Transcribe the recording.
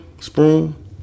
sprung